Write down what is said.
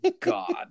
God